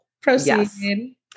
Proceed